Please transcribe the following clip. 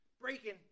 breaking